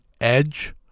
Edge